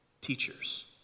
teachers